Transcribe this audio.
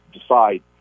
decide